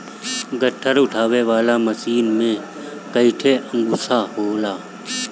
गट्ठर उठावे वाला मशीन में कईठे अंकुशा होला